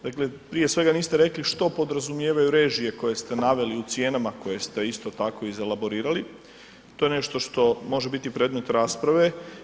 Dakle, prije svega niste rekli što podrazumijevaju režije koje ste naveli u cijenama koje ste isto tako iz elaborirali, to je nešto što može biti predmet rasprave.